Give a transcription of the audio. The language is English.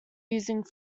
using